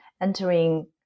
entering